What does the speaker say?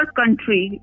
country